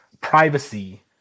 privacy